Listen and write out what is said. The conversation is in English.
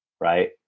right